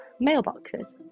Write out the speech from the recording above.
mailboxes